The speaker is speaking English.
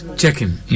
checking